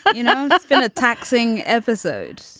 but you know, that's been a taxing episode